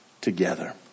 together